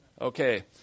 Okay